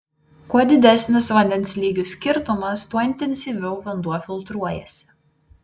kuo didesnis vandens lygių skirtumas tuo intensyviau vanduo filtruojasi